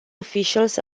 officials